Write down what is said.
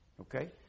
Okay